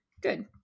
Good